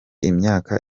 imyaka